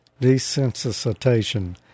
desensitization